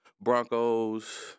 Broncos